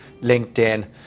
LinkedIn